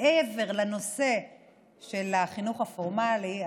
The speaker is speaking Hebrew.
מעבר לנושא של החינוך הפורמלי,